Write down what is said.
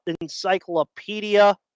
encyclopedia